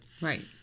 Right